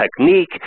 technique